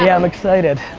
yeah i'm excited.